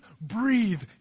breathe